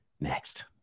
next